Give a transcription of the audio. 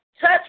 Touch